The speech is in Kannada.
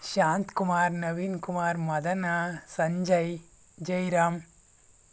ಶಾಂತ್ ಕುಮಾರ್ ನವೀನ್ ಕುಮಾರ್ ಮದನ ಸಂಜಯ್ ಜೈರಾಮ್